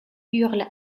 hurle